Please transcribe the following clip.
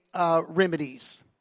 Remedies